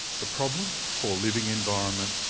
the problem poor living environment,